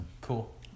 Cool